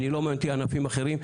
אני לא מעניין אותי ענפים אחרים.